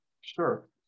Sure